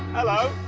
hello.